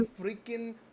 freaking